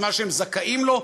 את מה שהם זכאים לו,